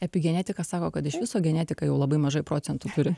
epigenetika sako kad iš viso genetika jau labai mažai procentų turi